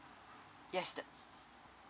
yes the